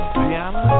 piano